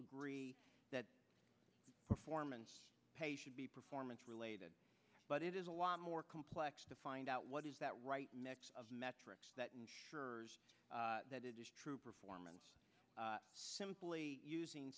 agree that performance pay should be performance related but it is a lot more complex to find out what is that right metrics that ensure that it is true performance simply using